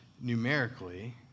numerically